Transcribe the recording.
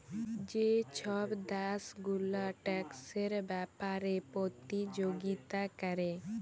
যে ছব দ্যাশ গুলা ট্যাক্সের ব্যাপারে পতিযগিতা ক্যরে